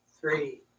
three